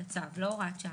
לא הוראת שעה.